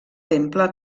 temple